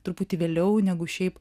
truputį vėliau negu šiaip